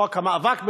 חוק המאבק בטרור,